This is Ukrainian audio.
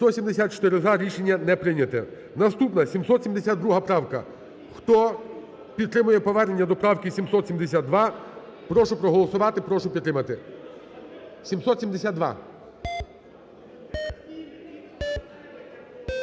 За-174 Рішення не прийнято. Наступна 772 правка. Хто підтримує повернення до правки 772, прошу проголосувати, прошу підтримати 772.